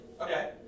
Okay